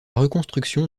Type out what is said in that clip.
reconstruction